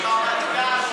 הרמטכ"ל,